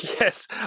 Yes